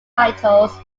titles